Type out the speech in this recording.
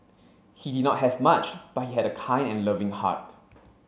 he did not have much but he had a kind and loving heart